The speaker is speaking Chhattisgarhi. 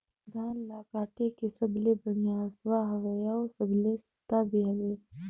धान ल काटे के सबले बढ़िया हंसुवा हवये? अउ सबले सस्ता भी हवे?